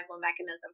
mechanism